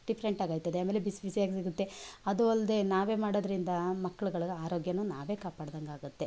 ಡಿಫ್ರೆಂಟಾಗೈತದೆ ಆಮೇಲೆ ಬಿಸಿ ಬಿಸಿಯಾಗಿ ಸಿಗುತ್ತೆ ಅದು ಅಲ್ಲದೇ ನಾವೇ ಮಾಡೋದ್ರಿಂದ ಮಕ್ಳಗಳ ಆರೋಗ್ಯನು ನಾವೇ ಕಾಪಾಡ್ದಂಗಾಗುತ್ತೆ